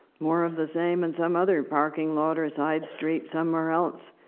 more of the same in some other parking lot or side street somewhere else.